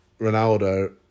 Ronaldo